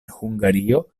hungario